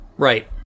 Right